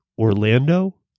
Orlando